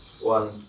one